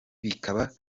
bikaba